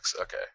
okay